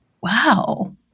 wow